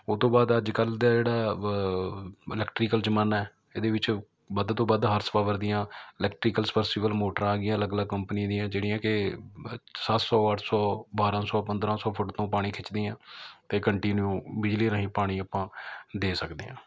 ਉਹ ਤੋਂ ਬਾਅਦ ਅੱਜ ਕੱਲ੍ਹ ਦਾ ਜਿਹੜਾ ਇਲੈਕਟ੍ਰੀਕਲ ਜ਼ਮਾਨਾ ਹੈ ਇਹਦੇ ਵਿੱਚ ਵੱਧ ਤੋਂ ਵੱਧ ਹਾਰਸਪਾਵਰ ਦੀਆਂ ਇਲੈਕਟ੍ਰੀਕਲ ਸਵਰਸੀਬਲ ਮੋਟਰਾਂ ਆ ਗਈਆਂ ਅਲੱਗ ਅਲੱਗ ਕੋਪਨੀਆਂ ਦੀਆਂ ਜਿਹੜੀਆਂ ਕਿ ਸੱਤ ਸੌ ਅੱਠ ਸੌ ਬਾਰ੍ਹਾਂ ਸੌ ਪੰਦਰ੍ਹਾਂ ਸੌ ਫੁੱਟ ਤੋਂ ਪਾਣੀ ਖਿੱਚਦੀਆਂ ਅਤੇ ਕੰਟੀਨਿਊ ਬਿਜਲੀ ਰਾਹੀਂ ਪਾਣੀ ਆਪਾਂ ਦੇ ਸਕਦੇ ਹਾਂ